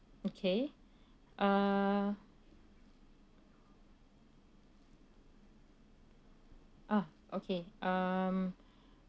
okay uh ah okay um